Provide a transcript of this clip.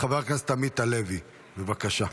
חבר הכנסת עמית הלוי, בבקשה.